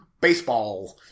baseball